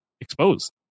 exposed